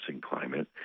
climate